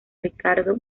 ricardo